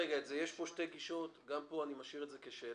יש פה שתי גישות וגם פה אני משאיר את זה פתוח.